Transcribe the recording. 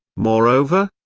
moreover,